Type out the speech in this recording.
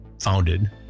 founded